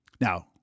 Now